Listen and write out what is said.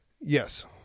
Yes